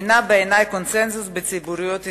היא בעיני בקונסנזוס בציבוריות הישראלית.